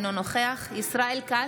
אינו נוכח ישראל כץ,